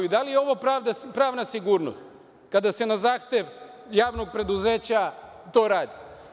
I da li je ovo pravna sigurnost, kada se na zahtev javnog preduzeća to radi?